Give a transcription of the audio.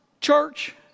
church